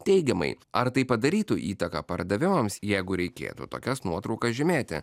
teigiamai ar tai padarytų įtaką pardavimams jeigu reikėtų tokias nuotraukas žymėti